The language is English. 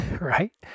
right